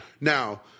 Now